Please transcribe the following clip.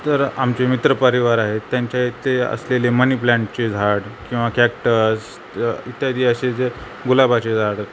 तर आमचे मित्र परिवार आहेत त्यांच्या इथे असलेले मनी प्लॅंटची झाड किंवा कॅक्टस इत्यादी असे जे गुलाबाचे झाड